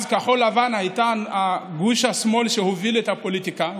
אז כחול לבן הייתה גוש השמאל שהוביל את הפוליטיקה,